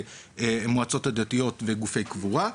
המועצות הדתיות וגופי קבורה.